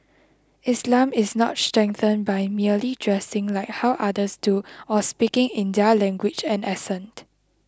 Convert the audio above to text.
Islam is not strengthened by merely dressing like how others do or speaking in their language and accent